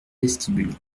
vestibule